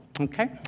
Okay